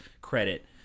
credit